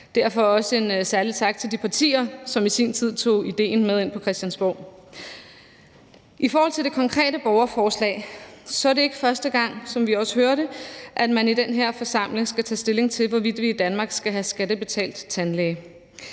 der også lyde en særlig tak til de partier, som i sin tid tog idéen med ind på Christiansborg. I forhold til det konkrete borgerforslag vil jeg sige, at det ikke er første gang, som vi også hørte, at man i den her forsamling skal tage stilling til, hvorvidt vi i Danmark skal have skattebetalt tandlæge.